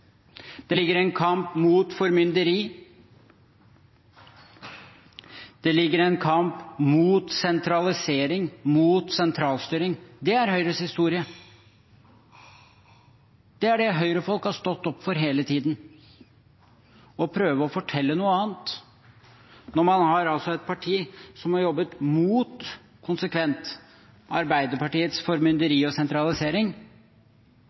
det ligger en kamp mot formynderi, det ligger en kamp mot sentralisering, mot sentralstyring. Det er Høyres historie. Det er det Høyre-folk har stått opp for hele tiden. Å prøve å fortelle noe annet når man har et parti som konsekvent har jobbet mot Arbeiderpartiets formynderi og sentralisering,